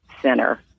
center